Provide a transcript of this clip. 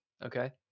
okay